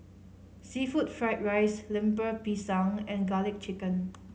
seafood fried rice Lemper Pisang and Garlic Chicken